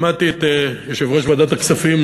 שמעתי את יושב-ראש ועדת הכספים,